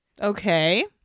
Okay